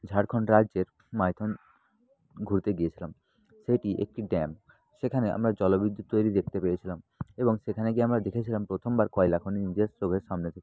ঝাড়খণ্ড রাজ্যের মাইথন ঘুরতে গিয়েছিলাম সেইটি একটি ড্যাম সেখানে আমরা জলবিদ্যুৎ তৈরি দেখতে পেয়েছিলাম এবং সেখানে গিয়ে আমরা দেখেছিলাম প্রথমবার কয়লা খনি নিজের চোখের সামনে থেকে